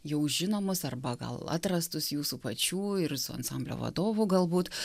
jau žinomus arba gal atrastus jūsų pačių ir su ansamblio vadovu galbūt